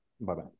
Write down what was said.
Bye-bye